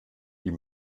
die